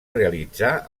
realitzà